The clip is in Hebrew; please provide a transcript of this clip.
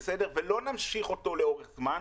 ולא נמשיך אותו לאורך זמן,